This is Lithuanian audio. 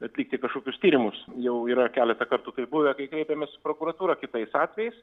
atlikti kažkokius tyrimus jau yra keletą kartų taip buvę kai kreipėmės į prokuratūrą kitais atvejais